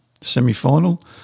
Semi-final